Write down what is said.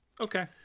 okay